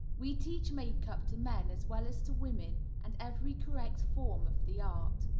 we teach makeup to men as well as to women, and every correct form of the art.